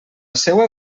seua